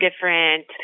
different